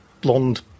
blonde